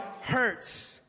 hurts